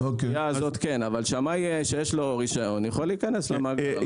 אבל שמאי שיש לו רישיון בהחלט יכול להיכנס למאגר.